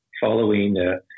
following